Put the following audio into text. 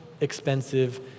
expensive